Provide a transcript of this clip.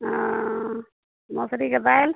मसुरीके दालि